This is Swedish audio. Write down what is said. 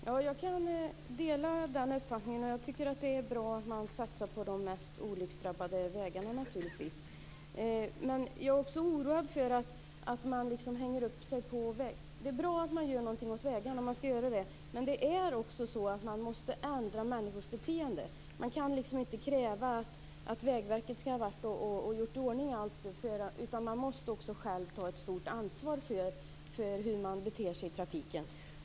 Fru talman! Jag delar näringsministerns uppfattning. Det är bra att det sker en satsning på de mest olycksdrabbade vägarna. Men jag är oroad över att man hänger upp sig på vägarna. Det är bra att något görs åt vägarna, men man måste också ändra människors beteende. Det går inte att kräva att Vägverket skall ha gjort i ordning allt. Var och en måste ta ett stort ansvar för sitt beteende i trafiken.